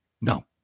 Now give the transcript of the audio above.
No